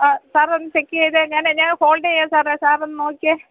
സാറൊന്ന് ചെക്കിയ്തേ ഞാന് ഞാൻ ഹോൾഡെയ്യാം സാറേ സാറൊന്ന് നോക്കിയേ